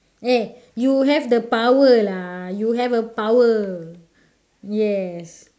eh you have the power lah you have a power yes